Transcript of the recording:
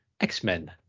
X-Men